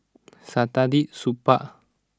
Saktiandi Supaat